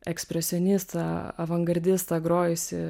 ekspresionistą avangardistą grojusį